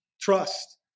trust